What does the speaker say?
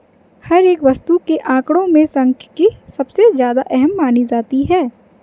हर एक वस्तु के आंकडों में सांख्यिकी सबसे ज्यादा अहम मानी जाती है